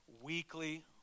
weekly